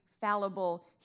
fallible